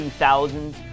2000s